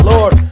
Lord